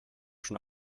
schon